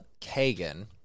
Kagan